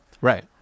Right